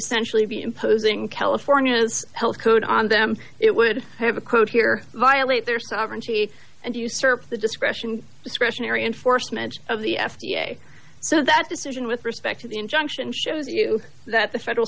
essentially be imposing california's health code on them it would have a quote here violate their sovereignty and usurp the discretion discretionary enforcement of the f d a so that decision with respect to the injunction shows you that the federal